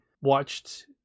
watched